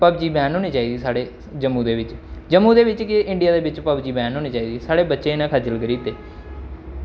एह् PUBG ban होना चाहिदी साढ़े जम्मू दे बिच्च जम्मू दे बिच्च केह् इंडिया दे बिच्च पबजी बैन होनी चाहिदी साढ़े बच्चे इ'नें खज्जल करी दित्ते